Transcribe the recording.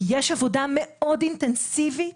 יש עבודה מאוד אינטנסיבית,